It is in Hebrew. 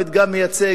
מדגם מייצג,